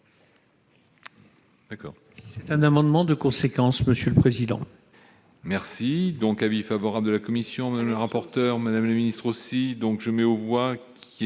c'est un amendement de conséquence, Monsieur le Président.